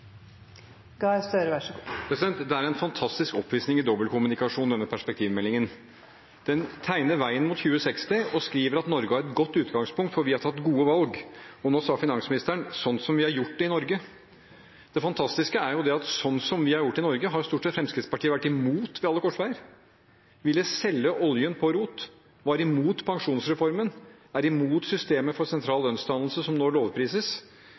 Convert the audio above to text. en fantastisk oppvisning i dobbeltkommunikasjon. Den tegner veien mot 2060 og sier at Norge har «et godt utgangspunkt», fordi «vi har tatt gode valg», sånn som – som finansministeren sa nå – vi har gjort det i Norge. Det fantastiske er at sånn som vi har gjort det i Norge, har Fremskrittspartiet stort sett vært imot ved alle korsveier – de ville selge oljen på rot, var imot pensjonsreformen, er imot systemet for sentral lønnsdannelse, som nå lovprises,